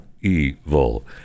Evil